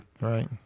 Right